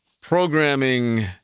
programming